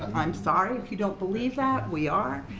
i'm sorry if you don't believe that. we are.